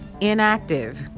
inactive